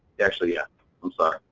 actually, yeah, i'm sorry,